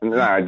no